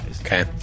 Okay